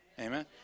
Amen